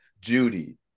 Judy